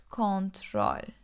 control